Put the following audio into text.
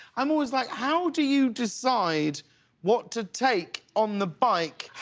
um ah was like how do you decide what to take on the bike